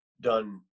done